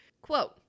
Quote